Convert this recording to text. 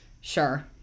Sure